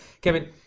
Kevin